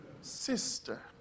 sister